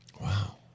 Wow